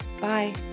Bye